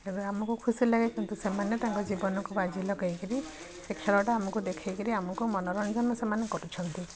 ତେବେ ଆମକୁ ଖୁସି ଲାଗେ କିନ୍ତୁ ସେମାନେ ତାଙ୍କ ଜୀବନକୁ ବାଜି ଲାଗେଇ କିରି ଖେଳଟା ଆମକୁ ଦେଖାଇକିରି ଆମକୁ ମନୋରଞ୍ଜନ ସେମାନେ କରୁଛନ୍ତି